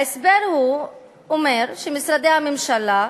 ההסבר אומר שמשרדי הממשלה,